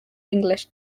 english